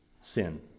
sin